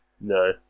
No